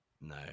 No